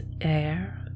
air